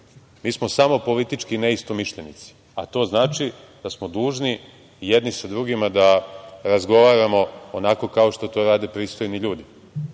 Mi smo samo politički neistomišljenici, a to znači da smo dužni jedni sa drugima da razgovaramo onako kao što to rade pristojni ljudi,